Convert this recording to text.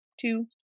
two